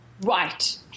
Right